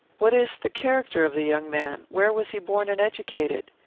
what is the character of the young man? where was he born and educated?